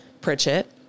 Pritchett